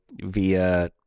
via